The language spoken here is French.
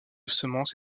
semence